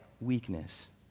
weakness